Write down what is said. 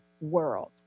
world